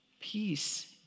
Peace